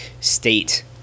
state